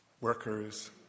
Workers